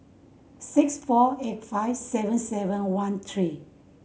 six four eight five seven seven one three